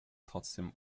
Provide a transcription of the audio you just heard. trotzdem